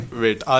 wait